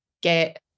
get